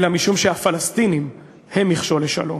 אלא משום שהפלסטינים הם מכשול לשלום.